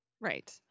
Right